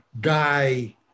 guy